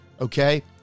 okay